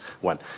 one